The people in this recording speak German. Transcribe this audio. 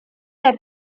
der